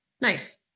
Nice